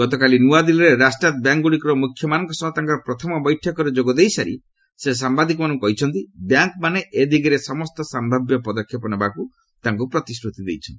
ଗତକାଲି ନୂଆଦିଲ୍ଲୀରେ ରାଷ୍ଟ୍ରାୟତ୍ତ ବ୍ୟାଙ୍କ୍ଗୁଡ଼ିକର ମୁଖ୍ୟମାନଙ୍କ ସହ ତାଙ୍କର ପ୍ରଥମ ବୈଠକରେ ଯୋଗ ଦେଇସାରି ସେ ସାମ୍ବାଦିକମାନଙ୍କୁ କହିଛନ୍ତି ବ୍ୟାଙ୍କ୍ମାନେ ଏ ଦିଗରେ ସମସ୍ତ ସମ୍ଭାବ୍ୟ ପଦକ୍ଷେପ ନେବାକୁ ତାଙ୍କୁ ପ୍ରତିଶ୍ରତି ଦେଇଛନ୍ତି